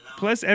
plus